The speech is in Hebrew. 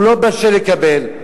הוא לא בשל לקבל.